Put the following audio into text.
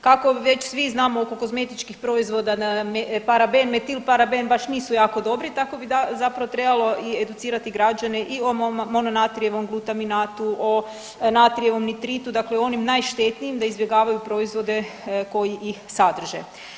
Kako već svi znamo oko kozmetičkih proizvoda da nam je parabenmetil i paraben baš nisu jako dobri, tako bi zapravo trebalo i educirati građane i o mononatrijevom glutminatu, o natrijevom nitritu, dakle o onim najštetnijim da izbjegavaju proizvode koji ih sadrže.